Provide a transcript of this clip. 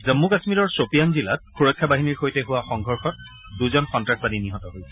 জন্মু কাশ্মীৰৰ ছ'পিয়ান জিলাত সুৰক্ষা বাহিনীৰ সৈতে হোৱা সংঘৰ্ষত দুজন সন্ত্ৰাসবাদী নিহত হৈছে